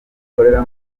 ukorera